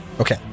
Okay